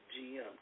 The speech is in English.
GM